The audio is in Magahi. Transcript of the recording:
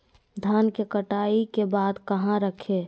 धान के कटाई के बाद कहा रखें?